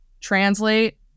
translate